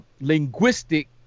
linguistic